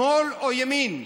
שמאל או ימין.